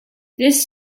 this